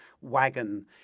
wagon